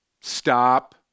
Stop